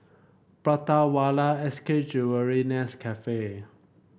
Prata Wala S K Jewellery Nescafe